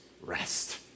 rest